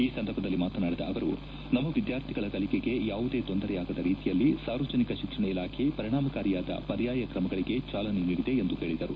ಈ ಸಂದರ್ಭದಲ್ಲಿ ಮಾತನಾಡಿದ ಅವರು ನಮ್ಮ ವಿದ್ಯಾರ್ಥಿಗಳ ಕಲಿಕೆಗೆ ಯಾವುದೇ ತೊಂದರೆಯಾಗದ ರೀತಿಯಲ್ಲಿ ಸಾರ್ವಜನಿಕ ಶಿಕ್ಷಣ ಇಲಾಖೆ ಪರಿಣಾಮಕಾರಿಯಾದ ಪರ್ಯಾಯ ಕ್ರಮಗಳಿಗೆ ಚಾಲನೆ ನೀಡಿದೆ ಎಂದು ಹೇಳದರು